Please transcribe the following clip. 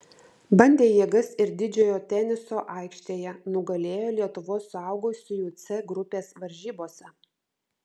bandė jėgas ir didžiojo teniso aikštėje nugalėjo lietuvos suaugusiųjų c grupės varžybose